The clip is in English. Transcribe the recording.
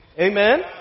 Amen